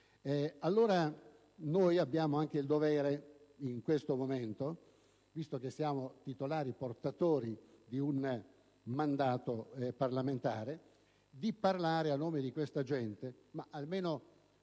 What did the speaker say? Allora noi abbiamo anche il dovere, in questo momento, visto che siamo portatori di un mandato parlamentare, di parlare a nome della gente, ma, almeno